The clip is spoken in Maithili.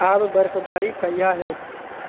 आब बर्फवारी कहिआ हैत